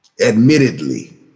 Admittedly